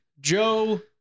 joe